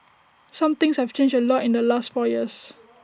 some things have changed A lot in the last four years